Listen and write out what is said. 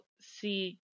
see